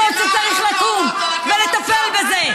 אתה הראשון שצריך לקום ולטפל בזה.